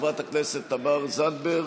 חברת הכנסת תמר זנדברג.